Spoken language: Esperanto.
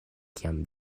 kiam